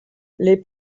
les